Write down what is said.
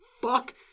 fuck